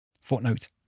Footnote